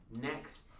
next